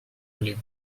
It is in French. voulais